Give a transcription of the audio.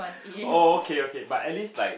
oh okay okay but at least like